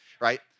right